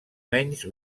menys